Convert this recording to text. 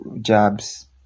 jobs